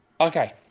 okay